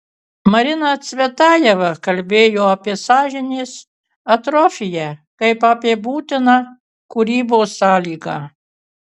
marina cvetajeva kalbėjo apie sąžinės atrofiją kaip apie būtiną kūrybos sąlygą